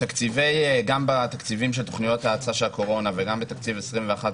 גם בתקציב של תוכניות הקורונה וגם בתקציב 2022-2021,